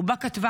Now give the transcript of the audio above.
ובה היא כתבה